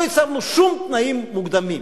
לא הצבנו שום תנאים מוקדמים.